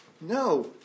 no